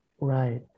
right